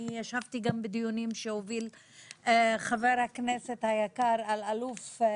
אני ישבתי גם בדיונים שהוביל חבר הכנסת היקר אלאלוף.